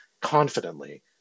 confidently